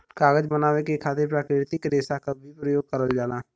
कागज बनावे के खातिर प्राकृतिक रेसा क भी परयोग करल जाला